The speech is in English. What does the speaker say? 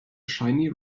shiny